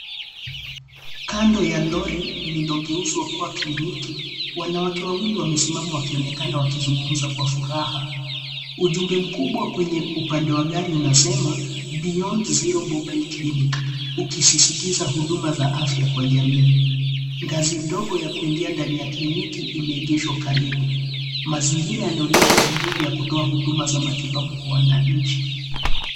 Kando ya lori lililogeuzwa kuwa kiliniki, wanawake wawili wamesimama wakionekana wakizungumza kwa furaha. Ujumbe mkubwa kwenye upande wa gari unasema Beyond Zero Mobile Clinic ukisisitiza huduma za afya kwa jamii. Ngazi ndogo ya kuingia kwenye kliniki imeegeshwa karibu. Mazingira yanaonyesha shughuli ya kutoa huduma za matibabu kwa wananchi